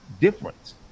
difference